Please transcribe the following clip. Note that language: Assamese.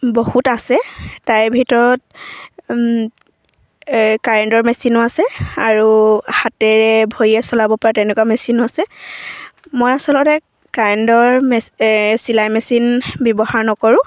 বহুত আছে তাৰে ভিতৰত কাৰেণ্টৰ মেচিনো আছে আৰু হাতেৰে ভৰিয়ে চলাব পৰা তেনেকুৱা মেচিনো আছে মই আচলতে কাৰেণ্টৰ মেচি চিলাই মেচিন ব্যৱহাৰ নকৰোঁ